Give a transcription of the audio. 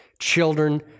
children